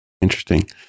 Interesting